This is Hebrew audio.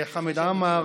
לחמד עמאר,